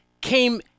came